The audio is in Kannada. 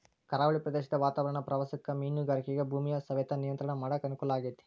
ಕರಾವಳಿ ಪ್ರದೇಶದ ವಾತಾವರಣ ಪ್ರವಾಸಕ್ಕ ಮೇನುಗಾರಿಕೆಗ ಭೂಮಿಯ ಸವೆತ ನಿಯಂತ್ರಣ ಮಾಡಕ್ ಅನುಕೂಲ ಆಗೇತಿ